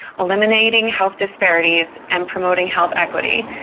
eliminating health disparities and promoting health equity,